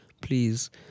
please